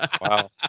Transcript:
Wow